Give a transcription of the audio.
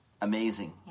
Amazing